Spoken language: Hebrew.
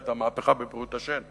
את המהפכה בבריאות השן.